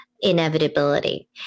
inevitability